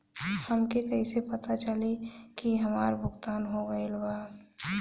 हमके कईसे पता चली हमार भुगतान हो गईल बा?